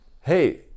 hey